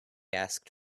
asked